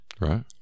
Right